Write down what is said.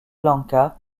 lanka